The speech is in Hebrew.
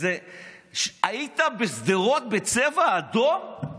היית בשדרות בצבע אדום?